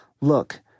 look